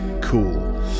Cool